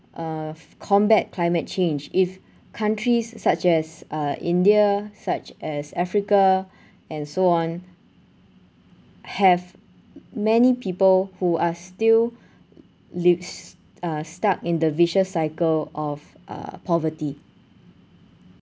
uh f~ combat climate change if countries such as uh india such as africa and so on have many people who are still lives uh stuck in the vicious cycle of uh poverty